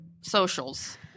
socials